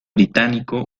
británico